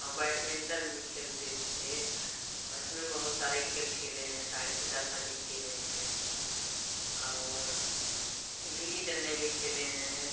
और बैटमिंटन भी खेलते थे बचपन में बहुत सारे खेल खेले हैं ताड़ी पचासा भी खेले हैं और गिल्ली डंडे भी खेले हैं